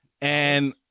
And-